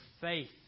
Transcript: faith